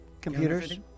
computers